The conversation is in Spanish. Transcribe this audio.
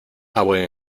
buen